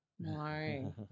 No